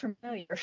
familiar